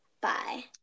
Bye